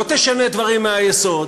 לא תשנה דברים מהיסוד,